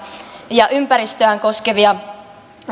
ja ympäristöään koskevia